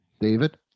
david